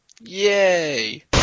Yay